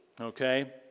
Okay